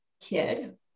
kid